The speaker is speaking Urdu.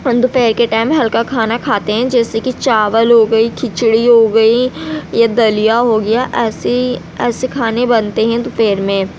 دوپہر کے ٹائم میں ہلکا کھانا کھاتے ہیں جیسے کہ چاول ہو گئی کھچڑی ہو گئی یا دلیہ ہوگیا ایسے ہی ایسے کھانے بنتے ہیں دوپہر میں